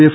F